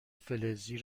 فلزی